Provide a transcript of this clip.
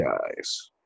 guys